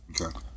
Okay